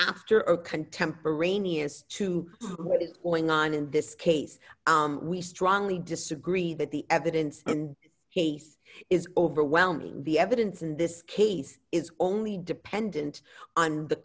after a contemporaneous to what is going on in this case we strongly disagree that the evidence and he says is overwhelming the evidence in this case is only dependent on the